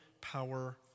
power